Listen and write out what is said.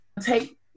take